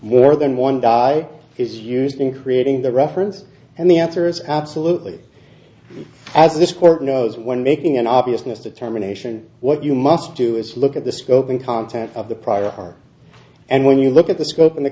more than one die is used in creating the reference and the answer is absolutely as this court knows when making an obviousness determination what you must do is look at the scope and content of the prior art and when you look at the scope and the